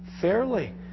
fairly